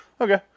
Okay